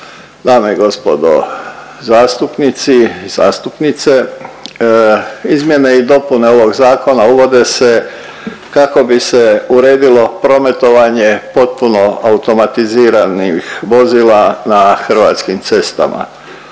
dame i gospodo zastupnici i zastupnice. Izmjene i dopune ovog zakona uvode se kako bi se uredilo prometovanje potpuno automatiziranih vozila na hrvatskim cestama,